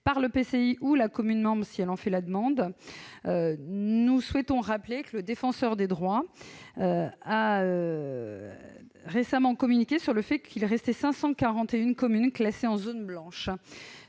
par l'EPCI ou par la commune membre si elle en fait la demande. Nous souhaitons rappeler que le Défenseur des droits a récemment fait savoir qu'il restait 541 communes classées en zone blanche,